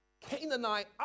Canaanite